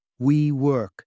WeWork